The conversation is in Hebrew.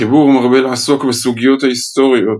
החיבור מרבה לעסוק בסוגיות היסטוריות